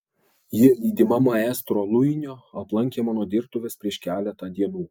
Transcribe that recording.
ji lydima maestro luinio aplankė mano dirbtuves prieš keletą dienų